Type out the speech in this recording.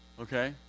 Okay